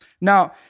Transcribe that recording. Now